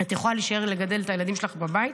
את יכולה להישאר לגדל את הילדים שלך בבית,